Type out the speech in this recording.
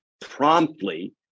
promptly